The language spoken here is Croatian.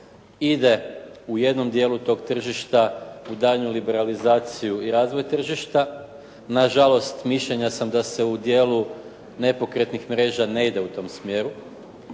ide u jednom dijelu tog tržišta u daljnju liberalizaciju i razvoj tržišta. Nažalost, mišljenja sam da se u dijelu nepokretnih mreža ne ide u tom smjeru